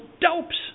dopes